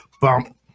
Bump